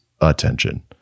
attention